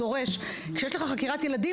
כשיש לך חקירת ילדים,